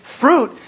Fruit